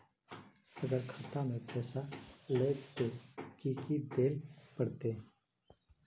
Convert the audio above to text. अगर खाता में पैसा लेबे ते की की देल पड़ते?